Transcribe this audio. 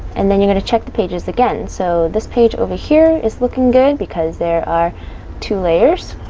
and then you're going to check the pages again. so this page over here is looking good because there are two layers